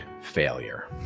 failure